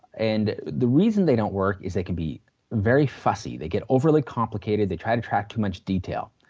and the reason they don't work is they can be very fussy, they get overly complicated, they try to track too much detail.